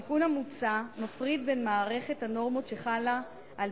התיקון המוצע מפריד בין מערכת הנורמות שחלה על